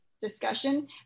discussion